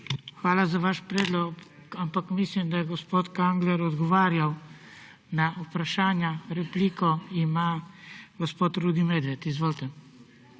Hvala za vaš predlog, ampak mislim, da je gospod Kangler odgovarjal na vprašanja. Repliko ima gospod Rudi Medved. Izvolite.